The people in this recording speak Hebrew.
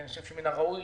אני חושב שמן הראוי